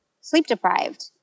sleep-deprived